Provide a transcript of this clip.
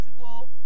go